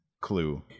clue